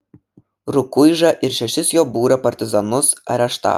rukuižą ir šešis jo būrio partizanus areštavo